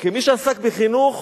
כמי שעסק בחינוך,